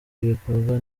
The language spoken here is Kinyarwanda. ibikorwa